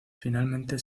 finalmente